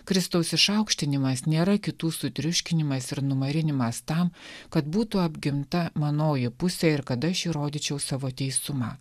kristaus išaukštinimas nėra kitų sutriuškinimas ir numarinimas tam kad būtų apginta manoji pusė ir kad aš įrodyčiau savo teisumą